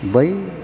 बै